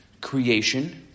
creation